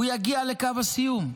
הוא יגיע לקו הסיום.